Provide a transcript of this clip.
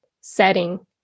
setting